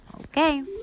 Okay